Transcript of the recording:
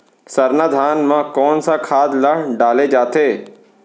सरना धान म कोन सा खाद ला डाले जाथे?